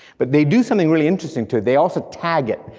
but they do something really interesting, too, they also tag it.